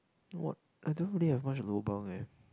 what I don't really have much of a lobang eh